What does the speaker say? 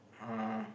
uh